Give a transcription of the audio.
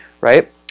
right